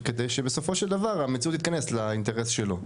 כדי שבסופו של דבר המציאות תתכנס לאינטרס שלו.